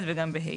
סעיף (1א)